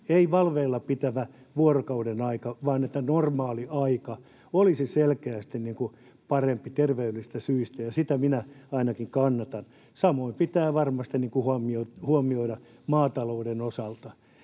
ei valveilla pitävästä vuorokauden ajasta, että normaaliaika olisi selkeästi parempi terveydellisistä syistä, ja sitä ainakin minä kannatan. Samoin pitää varmasti huomioida maatalous.